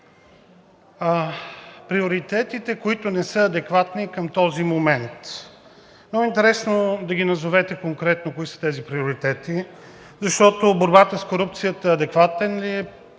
приоритетите, които не са адекватни към този момент. Много интересно е конкретно да назовете кои са тези приоритети, защото борбата с корупцията – адекватен ли е